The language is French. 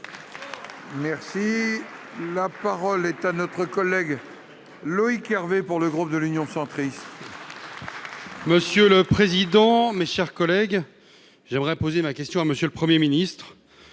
! La parole est à M. Loïc Hervé, pour le groupe Union Centriste. Monsieur le président, mes chers collègues, j'aimerais poser ma question à M. le Premier ministre.